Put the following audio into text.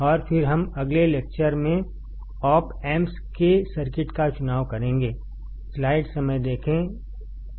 और फिर हमअगले लेक्चर में ऑप ऐम्प्स के सर्किट का चुनावकरेंगे